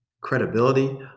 credibility